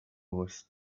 was